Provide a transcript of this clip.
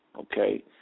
Okay